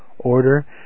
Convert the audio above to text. order